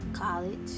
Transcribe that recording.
college